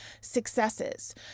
successes